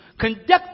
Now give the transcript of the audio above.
conduct